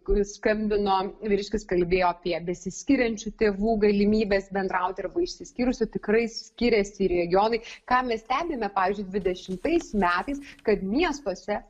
kuris skambino vyriškis kalbėjo apie besiskiriančių tėvų galimybes bendrauti arba išsiskyrusių tikrai skiriasi ir regionai ką mes stebime pavyzdžiui dvidešimtais metais kad miestuose